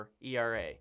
ERA